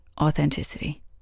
authenticity